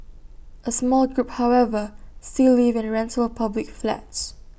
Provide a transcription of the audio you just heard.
A small group however still live in rental public flats